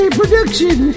production